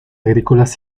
agrícolas